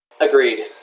Agreed